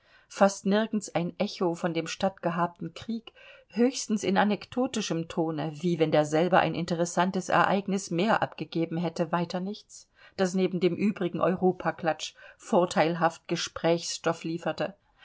fast nirgends ein echo von dem stattgehabten krieg höchstens in anekdotischem tone wie wenn derselbe ein interessantes ereignis mehr abgegeben hätte weiter nichts das neben dem übrigen europaklatsch vorteilhaft gesprächsstoff lieferte